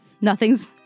Nothing's